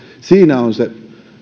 siinä on se